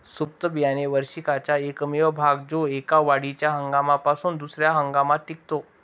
सुप्त बियाणे वार्षिकाचा एकमेव भाग जो एका वाढीच्या हंगामापासून दुसर्या हंगामात टिकतो